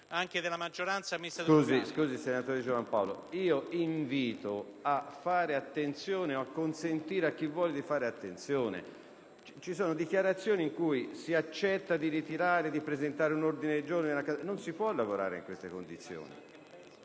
Scusi l'interruzione, senatore Di Giovan Paolo. Invito a fare attenzione o a consentire a chi vuole di fare attenzione: ci sono dichiarazioni in cui si accetta di ritirare emendamenti e di presentare ordini del giorno e non si può lavorare in queste condizioni.